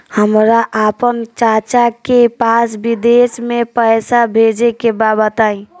हमरा आपन चाचा के पास विदेश में पइसा भेजे के बा बताई